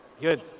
Good